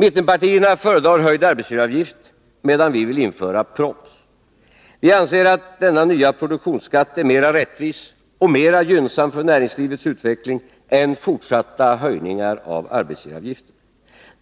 Mittenpartierna föredrar höjd arbetsgivaravgift, medan vi vill införa proms. Vi anser att denna nya produktionsskatt är mera rättvis och mera gynnsam för näringslivets utveckling än fortsatta höjningar av arbetsgivaravgiften.